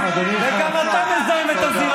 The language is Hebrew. אדוני גם לא יושב במקומו וגם צועק מתא הסדרנים.